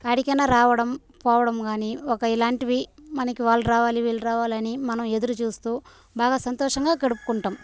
యాడికన్న రావడం పోవడం గాని ఒక ఇలాంటివి మనకి వాల్ రావాలి వీల్ రావాలని మనం ఎదురు చూస్తూ బాగా సంతోషంగా గడుప్కుంటాం